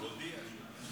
הודיעה שהיא חוזרת בה.